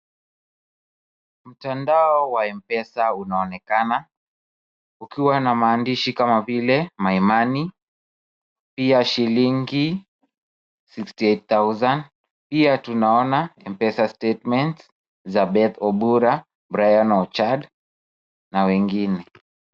Mtandao wa Mpesa unaonekana ukiwa na maandishi kama vile my money . Pia shillingi sixty eight thousand .Pia tunaona Mpesa statement za Beth Obura, Brian Ochad na wengine.